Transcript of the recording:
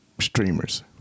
streamers